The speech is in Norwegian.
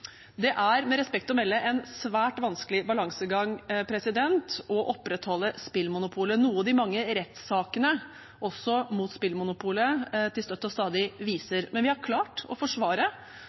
Det er med respekt å melde en svært vanskelig balansegang å opprettholde spillmonopolet, noe også de mange rettssakene mot spillmonopolet støtt og stadig viser. Men vi har klart å forsvare